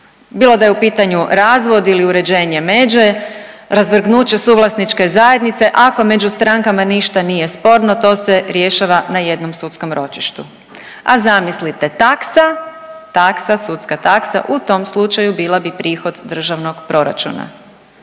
bilo da je u pitanju razvod ili uređenje međe, razvrgnuće suvlasničke zajednice, ako među strankama ništa nije sporno to se rješava na jednom sudskom ročištu, a zamislite taksa, taksa, sudska taksa u tom slučaju bila bi prihod državnog proračuna.